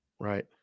Right